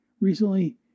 Recently